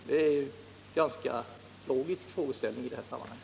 Det är en ganska logisk frågeställning i det här sammanhanget.